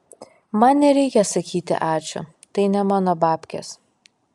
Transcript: man nereikia sakyti ačiū tai ne mano babkės